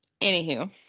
Anywho